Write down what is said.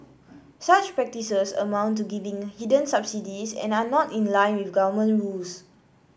such practices amount to giving hidden subsidies and are not in line with government rules